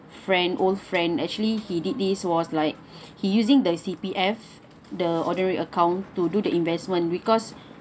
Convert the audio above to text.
friend old friend actually he did this was like he using the C_P_F the ordinary account to do the investment because